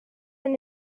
and